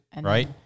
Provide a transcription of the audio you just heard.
right